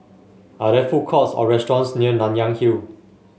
are there food courts or restaurants near Nanyang Hill